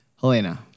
Helena